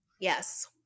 Yes